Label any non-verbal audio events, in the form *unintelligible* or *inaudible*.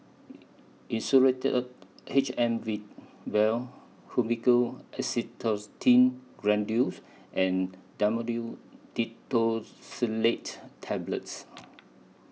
Insulatard H M V Vial Fluimucil Acetylcysteine Granules and Dhamotil *unintelligible* Tablets